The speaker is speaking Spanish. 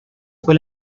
fue